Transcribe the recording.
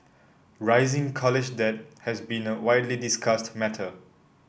rising college debt has been a widely discussed matter